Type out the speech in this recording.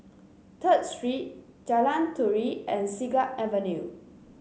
Third Street Jalan Turi and Siglap Avenue